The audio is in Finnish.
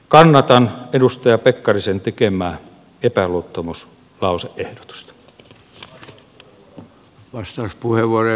kannatan edustaja pekkarisen tekemää epäluottamuslause ehdotusta